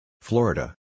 Florida